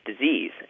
disease